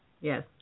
Yes